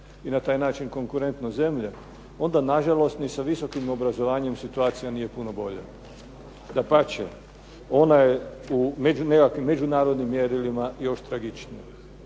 i na taj način konkurentnost zemlje, onda nažalost ni sa visokim obrazovanjem situacija nije puno bolja. Dapače, ona je u nekakvim međunarodnim mjerilima još tragičnija.